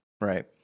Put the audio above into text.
Right